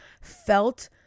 felt